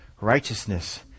righteousness